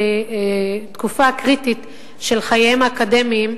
בתקופה קריטית של חייהם האקדמיים,